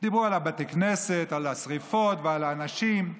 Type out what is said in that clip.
דיברו על בתי הכנסת, על השרפות ועל האנשים.